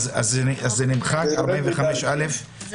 סעיף 45(א) נמחק?